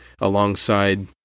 alongside